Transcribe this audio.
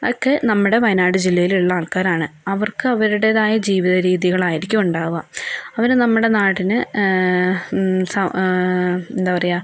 ഒക്കെ നമ്മുടെ വയനാട് ജില്ലയിൽ ഉള്ള ആൾക്കാരാണ് അവർക്ക് അവരുടേതായ ജീവിത രീതികളായിരിക്കും ഉണ്ടാവുക അവര് നമ്മുടെ നാടിന് സൗ എന്താ പറയുക